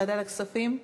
ועדת הכספים?